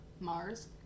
Mars